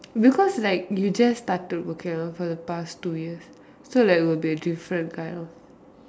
because like you just started working around for the past two years so like will be a different kind of